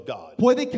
God